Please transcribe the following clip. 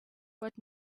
what